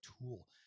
tool